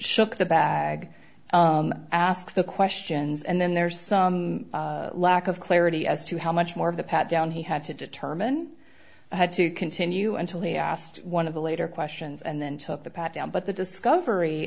shook the bag ask the questions and then there's some lack of clarity as to how much more of the pat down he had to determine had to continue until he asked one of the later questions and then took the pat down but the discovery